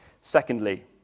Secondly